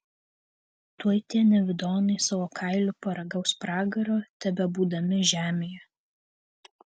tuoj tie nevidonai savo kailiu paragaus pragaro tebebūdami žemėje